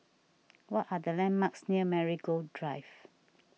what are the landmarks near Marigold Drive